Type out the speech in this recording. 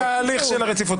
על ההליך של הרציפות.